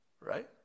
Right